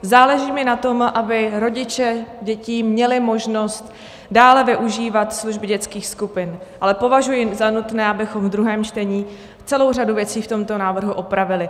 Záleží mi na tom, aby rodiče dětí měli možnost dále využívat služby dětských skupin, ale považuji za nutné, abychom v druhém čtení celou řadu věcí v tomto návrhu opravili.